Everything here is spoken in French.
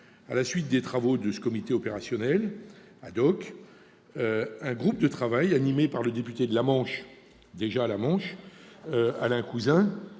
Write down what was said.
À la suite des travaux de ce comité opérationnel, un groupe de travail, animé par le député de la Manche- déjà ce département !-, Alain Cousin,